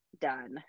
done